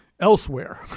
elsewhere